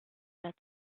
that